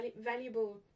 valuable